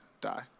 die